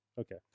Okay